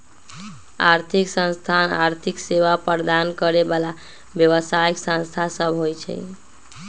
आर्थिक संस्थान आर्थिक सेवा प्रदान करे बला व्यवसायि संस्था सब होइ छै